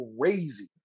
crazy